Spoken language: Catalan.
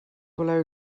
voleu